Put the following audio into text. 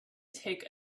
take